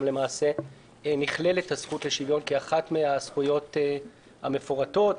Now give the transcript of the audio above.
נכללת הזכות לשוויון כאחת מהזכויות המפורטות,